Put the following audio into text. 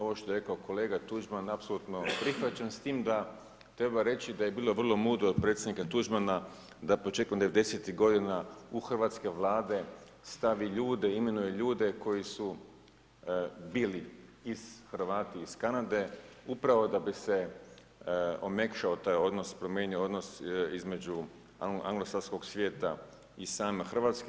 Ovo što je rekao kolega Tuđman apsolutno prihvaćam, s tim da treba reći da je bilo vrlo mudro od predsjednika Tuđmana da početkom devedesetih godina u hrvatske Vlade stavi ljude, imenuje ljude koji su bili Hrvati iz Kanade upravo da bi se omekšao taj odnos, promijenio odnos između anglosaksonskog svijeta i same Hrvatske.